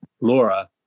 Laura